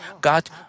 God